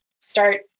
start